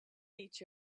each